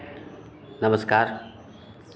नमस्कार